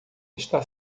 está